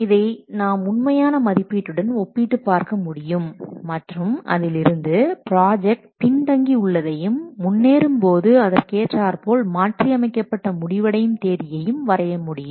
இதை நாம் உண்மையான மதிப்பீட்டுடன் ஒப்பிட்டு பார்க்க முடியும் மற்றும் அதிலிருந்து ப்ராஜெக்ட் பின் தங்கி உள்ளதையும் முன்னேறும்போது அதற்கேற்றார் போல் மாற்றி அமைக்கப்பட்ட முடிவடையும் தேதியையும் வரைய முடியும்